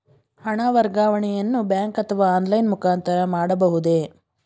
ಹಣ ವರ್ಗಾವಣೆಯನ್ನು ಬ್ಯಾಂಕ್ ಅಥವಾ ಆನ್ಲೈನ್ ಮುಖಾಂತರ ಮಾಡಬಹುದೇ?